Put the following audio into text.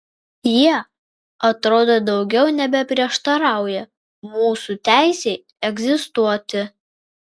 jie atrodo daugiau nebeprieštarauja mūsų teisei egzistuoti